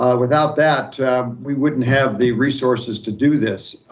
ah without that we wouldn't have the resources to do this.